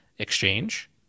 exchange